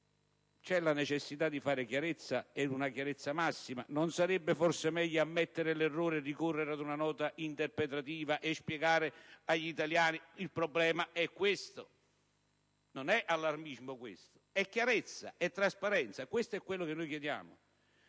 la necessità di fare chiarezza, ed una chiarezza massima: non sarebbe forse meglio ammettere l'errore e ricorrere ad una nota interpretativa, spiegando agli italiani il problema? Non è allarmismo questo: è chiarezza, è trasparenza. Questo è quanto chiediamo.